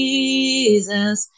Jesus